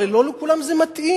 הרי לא לכולם זה מתאים.